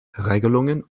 regelungen